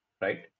right